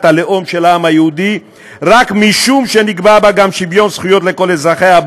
הלאום של העם היהודי רק משום שנקבע בה גם שוויון זכויות לכל אזרחיה,